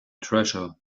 treasure